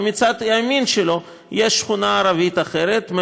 ומצד ימין שלו יש שכונה ערבית אחרת,